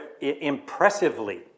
impressively